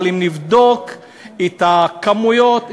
אבל אם נבדוק את הכמויות,